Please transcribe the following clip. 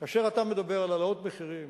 כאשר אתה מדבר על העלאות מחירים